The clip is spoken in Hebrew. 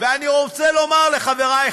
ואסור לו להגיע והוא לא פה,